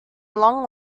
long